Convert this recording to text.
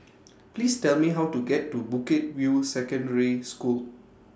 Please Tell Me How to get to Bukit View Secondary School